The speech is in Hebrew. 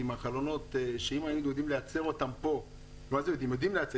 אם היינו יודעים לייצר את החלונות ברכבת יודעים לייצר,